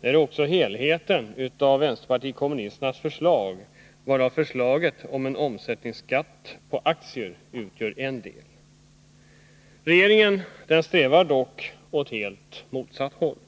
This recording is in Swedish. Det gör också helheten av vänsterpartiet kommunisternas förslag, varav förslaget om en omsättningsskatt på aktier utgör en del. Regeringen strävar dock åt helt motsatt håll.